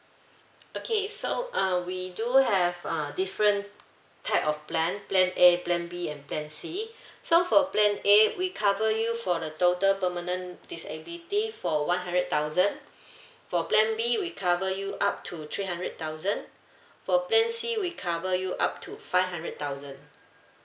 okay so uh we do have uh different type of plan plan A plan B and plan C so for plan A we cover you for the total permanent disability for one hundred thousand for plan B we cover you up to three hundred thousand for plan C we cover you up to five hundred thousand